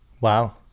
wow